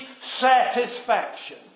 satisfaction